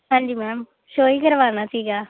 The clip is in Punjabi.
ਹਾਂਜੀ ਮੈਮ ਸ਼ੋਅ ਹੀ ਕਰਵਾਉਣਾ ਸੀਗਾ